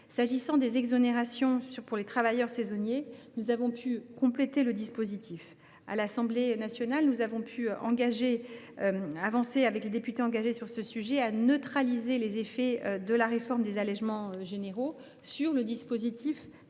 concerne les exonérations pour les travailleurs saisonniers, nous avons complété le dispositif : à l’Assemblée nationale, nous avons pu avancer avec les députés engagés sur ce sujet, de manière à neutraliser les effets de la réforme des allégements généraux sur le dispositif